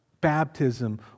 Baptism